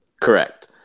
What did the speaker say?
Correct